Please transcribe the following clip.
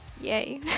yay